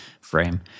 frame